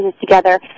together